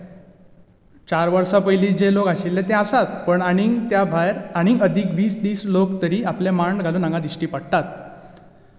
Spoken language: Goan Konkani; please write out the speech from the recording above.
चार वर्सां पयली जे लोक आशिल्ले ते आसाच पण आनीक त्या भायर आनीक अधीक वीस तीस लोक तरी आपले मांड घालून हांगा दिश्टी पडटात